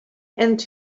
and